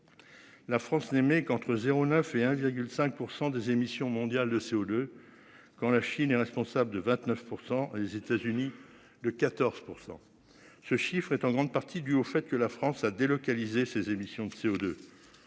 La France n'aimait qu'entre 0 9 et 1,5% des émissions mondiales de CO2. Quand la Chine est responsable de 29% les États-Unis de 14%, ce chiffre est en grande partie dû au fait que la France a délocalisé ses émissions de CO2.